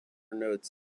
notes